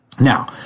Now